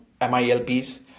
MILPs